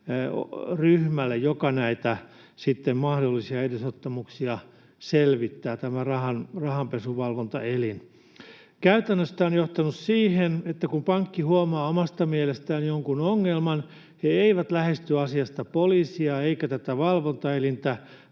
ryhmälle, joka sitten näitä mahdollisia edesottamuksia selvittää, tälle rahanpesuvalvontaelimelle. Käytännössä tämä on johtanut siihen, että kun pankki huomaa omasta mielestään jonkun ongelman, he eivät lähesty asiasta poliisia eivätkä tätä valvontaelintä,